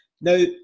Now